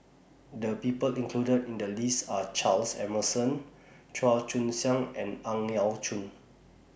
The People included in The list Are Charles Emmerson Chua Joon Siang and Ang Yau Choon